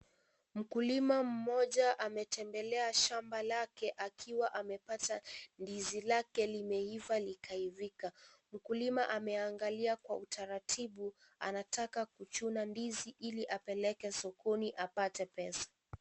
Mkulima mmoja, ametembelea shamba lake, akiwa amepata ndizi lake limeiva likaivika. Mkulima ameangalia kwa utaratibu , anataka kuchuna ndizi ili apeleke sokoni apate pesa.